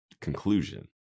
conclusion